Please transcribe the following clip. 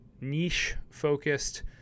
niche-focused